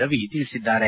ರವಿ ತಿಳಿಸಿದ್ದಾರೆ